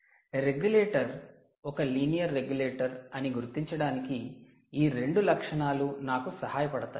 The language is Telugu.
'రెగ్యులేటర్' ఒక 'లీనియర్ రెగ్యులేటర్' అని గుర్తించడానికి ఈ రెండు లక్షణాలు నాకు సహాయపడతాయి